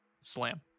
slam